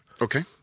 Okay